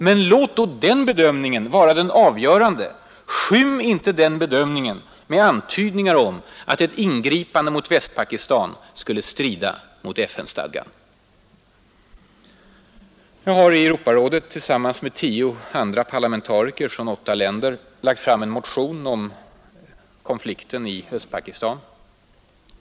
Men låt då den bedömningen vara den avgörande och skym den inte med antydningar om att ett ingripande mot Västpakistan skulle strida mot FN-stadgan! Jag har i Europarådet tillsammans med tio andra parlamentariker från åtta länder lagt fram en motion om konflikten i Östpakistan.